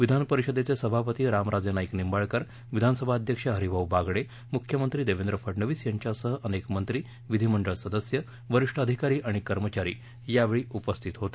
विधानपरिषदचे सभापती रामराजे नाईक निंबाळकर विधानसभा अध्यक्ष हरीभाऊ बागडे मुख्यमंत्री देवेंद्र फडणवीस यांच्यासह अनेक मंत्री विधीमंडळ सदस्य वरिष्ठ अधिकारी आणि कर्मचारी उपस्थित होते